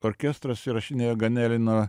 orkestras įrašinėjo ganelino